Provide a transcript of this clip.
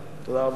תודה רבה לך.